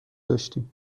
داشتیم